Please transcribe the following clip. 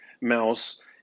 mouse